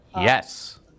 Yes